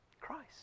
Christ